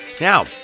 Now